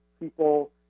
people